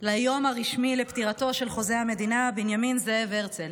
ליום הרשמי לפטירתו של חוזה המדינה בנימין זאב הרצל.